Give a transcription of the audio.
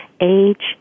age